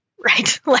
right